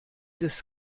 des